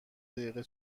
دقیقه